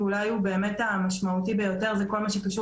ואולי הוא המשמעותי ביותר זה כל מה שקשור